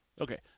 Okay